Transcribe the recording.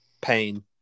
Pain